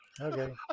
Okay